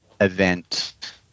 event